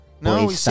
No